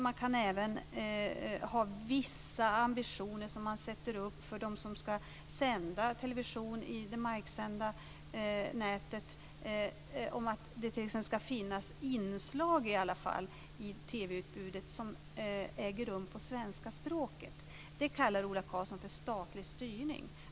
Man kan även ha vissa ambitioner som man framhåller för dem som ska sända television i det marksända nätet, t.ex. att det ska finnas inslag i TV-utbudet som äger rum på svenska språket. Det kallar Ola Karlsson för statlig styrning.